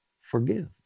forgive